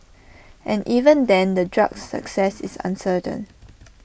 and even then the drug's success is uncertain